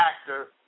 actor